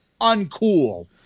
uncool